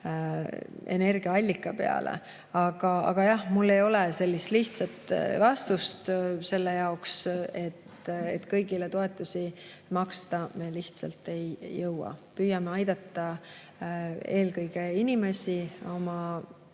energiaallika peale. Aga jah, mul ei ole sellist lihtsat vastust. Kõigile toetusi maksta me lihtsalt ei jõua. Püüame aidata eelkõige inimestel